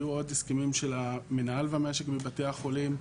של המינהל והמשק בבתי החולים.